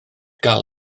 gael